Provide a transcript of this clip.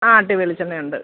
ആ ആട്ടിയ വെളിച്ചെണ്ണ ഉണ്ട്